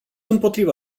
împotriva